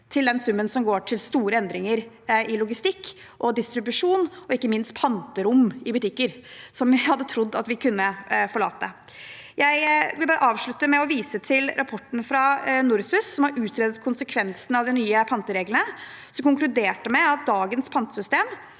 til den summen som går til store endringer i logistikk og distribusjon, og ikke minst til panterom i butikker, som jeg hadde trodd at vi kunne forlate. Jeg vil avslutte med å vise til rapporten fra NORSUS, som har utredet konsekvensene av de nye pantereglene, som konkluderte med at dagens pantesystem